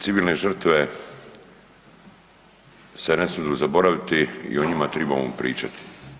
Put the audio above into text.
Civilne žrtve se ne smidu zaboraviti i o njima tribamo pričati.